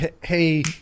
hey